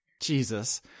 Jesus